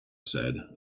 said